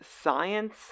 science